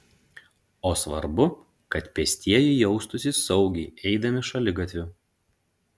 o svarbu kad pėstieji jaustųsi saugiai eidami šaligatviu